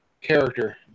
character